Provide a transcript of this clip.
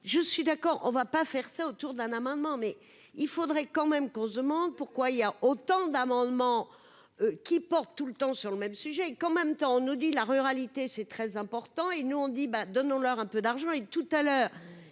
je suis d'accord, on ne va pas faire ça, autour d'un amendement, mais il faudrait quand même qu'on se demande pourquoi il y a autant d'amendements qui porte tout le temps sur le même sujet, qu'en même temps on nous dit : la ruralité, c'est très important et nous on dit : bah, donnons-leur un peu d'argent et tout à l'heure,